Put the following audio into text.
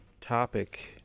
topic